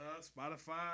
Spotify